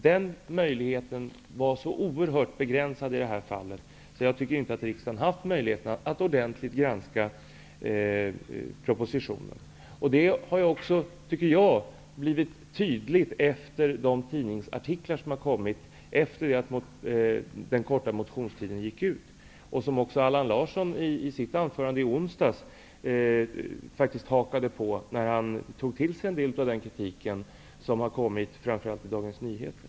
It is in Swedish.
Den möjligheten var i det här fallet oerhört begränsad. Jag tycker därför inte att riksdagen har haft möjlighet att ordentligt granska propositionen. Jag tycker också att det har blivit tydligt efter de tidningsartiklar som har kommit efter det att den korta motionstiden gick ut. Allan Larsson hakade också i sitt anförande i debatten i onsdags på detta och tog till sig en del av den kritik som har kommit framför allt i Dagens Nyheter.